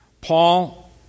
Paul